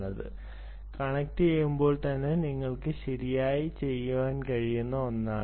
അത് കണക്റ്റുചെയ്യുമ്പോൾ തന്നെ നിങ്ങൾക്ക് ശരിയായി ചെയ്യാൻ കഴിയുന്ന ഒന്നാണ്